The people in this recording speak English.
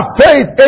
faith